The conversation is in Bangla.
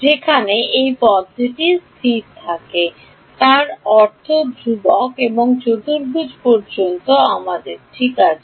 যেখানে এই পদটি স্থির থাকে তার অর্থ ধ্রুবক এবং চতুর্ভুজ পর্যন্ত আমাদের ঠিক আছে